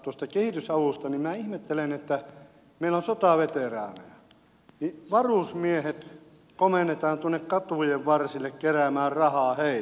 meillä on sotaveteraaneja ja kun varusmiehet komennetaan tuonne katujen varsille keräämään rahaa heille niin sehän on vapaaehtoista